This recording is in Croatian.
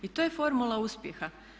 I to je formula uspjeha.